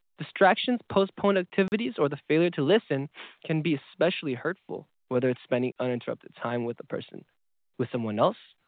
distractions, postponed activities, or the failure to listen can be especially hurtful whether it's spending uninterrupted time with the person with someone else,